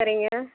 சரிங்க